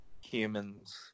humans